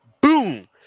boom